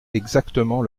exactement